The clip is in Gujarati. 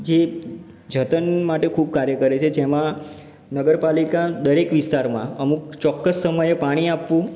જે જતન માટે ખૂબ કાર્ય કરે છે જેમાં નગરપાલિકા દરેક વિસ્તારમાં અમુક ચોક્કસ સમયે પાણી આપવું